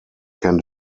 can